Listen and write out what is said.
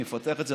אני אפתח את זה.